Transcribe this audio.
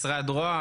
משרד ראש הממשלה,